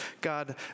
God